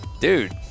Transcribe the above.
Dude